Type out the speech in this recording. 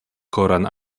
koran